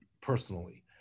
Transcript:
personally